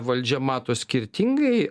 valdžia mato skirtingai